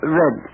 red